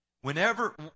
Whenever